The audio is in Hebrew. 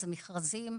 אלה מכרזים,